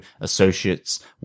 associates